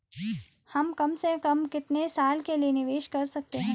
हम कम से कम कितने साल के लिए निवेश कर सकते हैं?